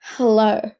Hello